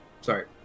sorry